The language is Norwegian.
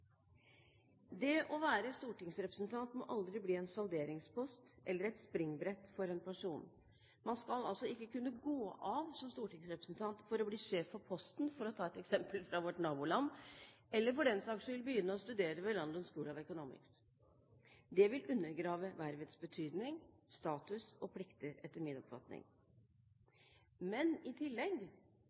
Det å være stortingsrepresentant må aldri bli en salderingspost eller et springbrett for en person. Man skal altså ikke kunne gå av som stortingsrepresentant for å bli sjef for Posten, for å ta et eksempel fra vårt naboland, eller for den saks skyld begynne å studere ved London School of Economics. Det vil undergrave vervets betydning, status og plikter, etter min oppfatning. Men i tillegg